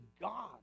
god